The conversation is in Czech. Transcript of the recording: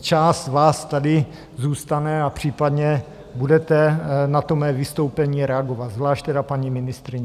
část z vás tady zůstane a případně budete na to mé vystoupení reagovat, zvlášť paní ministryně.